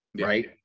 right